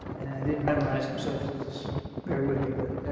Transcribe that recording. i didn't memorize them, so if you'll just bear with me, but